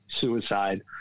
suicide